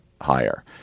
higher